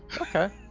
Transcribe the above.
Okay